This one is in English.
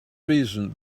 reason